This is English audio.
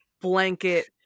blanket